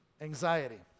anxiety